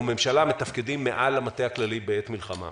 ממשלה מתפקדים מעל למטה הכללי בעת מלחמה.